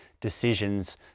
decisions